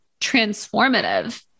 transformative